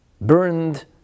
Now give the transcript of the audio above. Burned